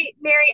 Mary